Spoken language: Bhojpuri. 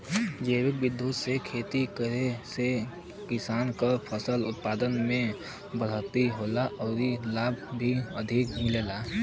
जैविक विधि से खेती करले से किसान के फसल उत्पादन में बढ़ोतरी होला आउर लाभ भी अधिक मिलेला